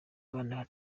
abana